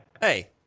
Hey